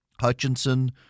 Hutchinson